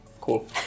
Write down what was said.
cool